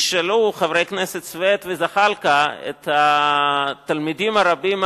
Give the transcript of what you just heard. ישאלו חברי הכנסת סוייד וזחאלקה את התלמידים הרבים,